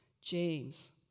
James